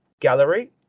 Gallery